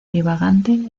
divagante